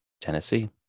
Tennessee